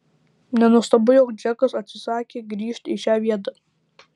nenuostabu jog džekas atsisakė grįžt į šią vietą